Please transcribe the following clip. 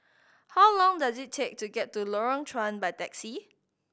how long does it take to get to Lorong Chuan by taxi